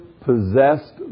possessed